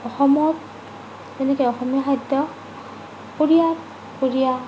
অসমত যেনেকৈ অসমীয়া খাদ্য উৰিয়াত উৰিয়া